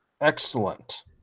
Excellent